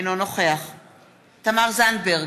אינו נוכח תמר זנדברג,